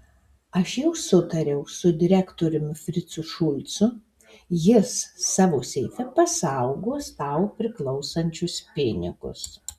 aš jau sutariau su direktoriumi fricu šulcu jis savo seife pasaugos tau priklausančius pinigus